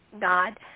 God